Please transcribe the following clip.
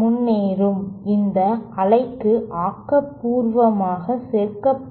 முன்னேறும் இந்த அலைக்கு ஆக்கபூர்வமாக சேர்க்கப்படும்